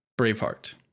Braveheart